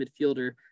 midfielder